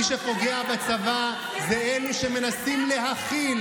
מי שפוגע בצבא זה אלו שמנסים להכיל,